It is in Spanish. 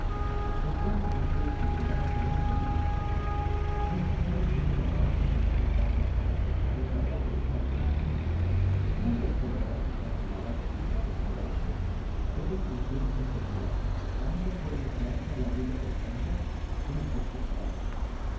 espero y confío en que serás muy feliz míster elliot tiene bastante perspicacia para apreciar el valor de una mujer como tú no zozobrará tu tranquilidad como zozobró la mía puedes sentirte segura tanto por lo que hace a la vida del mundo como por su carácter